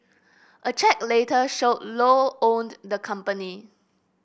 a check later showed Low owned the company